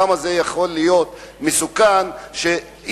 אנחנו יודעים כמה זה יכול להיות מסוכן כשאי-הניקיון